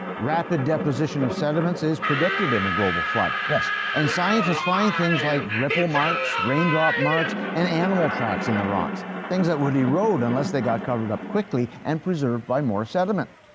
rapid deposition of sediments is predicted in a global flood. and scientists find things like ripple marks, raindrop marks, and animal tracks in the rock things that would erode unless they got covered up quickly and preserved by more sediment.